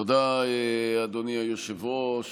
תודה, אדוני היושב-ראש.